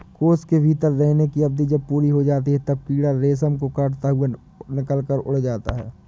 कोश के भीतर रहने की अवधि जब पूरी हो जाती है, तब कीड़ा रेशम को काटता हुआ निकलकर उड़ जाता है